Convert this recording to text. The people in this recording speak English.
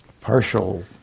partial